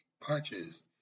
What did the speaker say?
punches